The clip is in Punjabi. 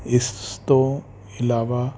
ਇਸ ਤੋਂ ਇਲਾਵਾ